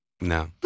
No